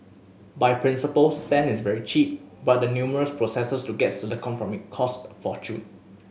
by principle sand is very cheap but the numerous processes to get silicon from it cost a fortune